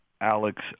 Alex